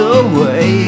away